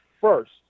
first